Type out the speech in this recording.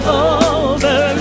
over